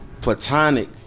platonic